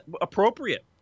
appropriate